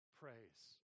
praise